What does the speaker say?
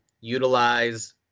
utilize